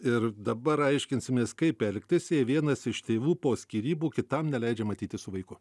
ir dabar aiškinsimės kaip elgtis jei vienas iš tėvų po skyrybų kitam neleidžia matytis su vaiku